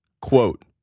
Quote